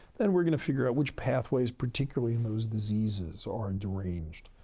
then we're going to figure out which pathways, particularly in those diseases, are deranged.